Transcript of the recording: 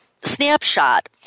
snapshot